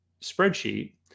spreadsheet